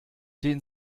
den